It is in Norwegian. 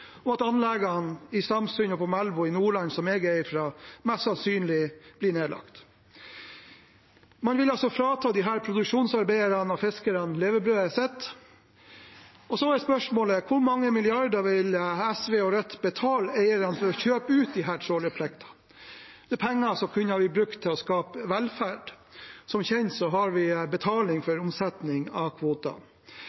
og at anleggene i Stamsund og Melbu i Nordland, der jeg er fra, mest sannsynlig blir nedlagt. Man vil altså frata disse produksjonsarbeiderne og fiskerne levebrødet. Så er spørsmålet: Hvor mange milliarder vil SV og Rødt betale eierne for å kjøpe ut disse trålinntektene? Det er penger som kunne blitt brukt til å skape velferd. Som kjent har vi betaling